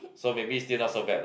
so maybe still not so bad lah